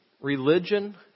religion